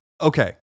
Okay